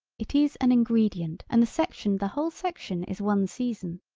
it is an ingredient and the section the whole section is one season.